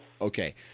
Okay